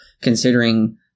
considering